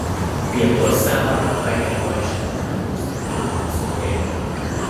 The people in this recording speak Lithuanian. pietuose arbata geriama iš nedidelių stiklinių ąsotėlių